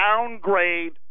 downgrade